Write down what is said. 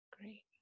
Great